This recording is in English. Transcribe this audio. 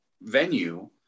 venue